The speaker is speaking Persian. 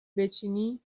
بچینی